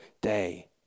day